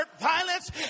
violence